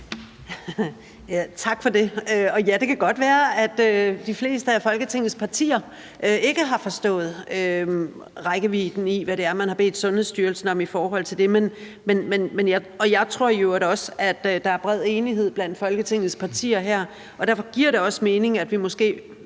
Tak for det. Ja, det kan godt være, at de fleste af Folketingets partier ikke har forstået rækkevidden af, hvad det er, man har bedt Sundhedsstyrelsen om i forhold til det. Jeg tror i øvrigt også, at der er bred enighed blandt Folketingets partier her. Derfor ville det også give mening, at vi måske